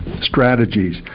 strategies